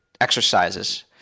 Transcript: exercises